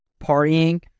partying